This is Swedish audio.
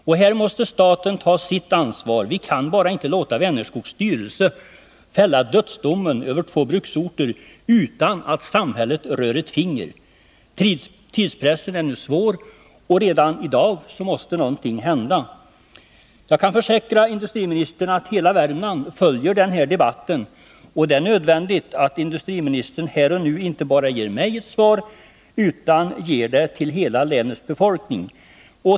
Och det blir staten som måste göra det. Vi kan bara inte låta Vänerskogs styrelse fälla dödsdomen över två bruksorter utan att samhället rör ett finger. Tidspressen är svår. Redan i dag måste någonting hända. Jag kan försäkra industriministern att hela Värmland följer den här debatten. Det är nödvändigt att industriministern här och nu ger ett svar inte bara till mig utan till hela länets befolkning.